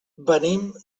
venim